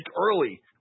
early